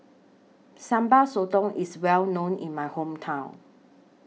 Sambal Sotong IS Well known in My Hometown